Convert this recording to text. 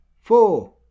four